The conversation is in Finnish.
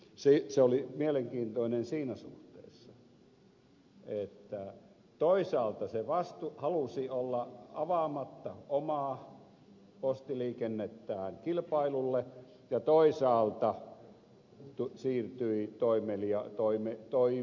se oli mielenkiintoinen siinä suhteessa että toisaalta se halusi olla avaamatta omaa postiliikennettään kilpailulle ja toisaalta siirtyi toimimaan suomeen